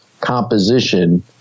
composition